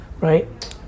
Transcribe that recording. right